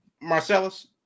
Marcellus